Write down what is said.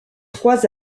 trois